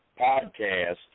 podcast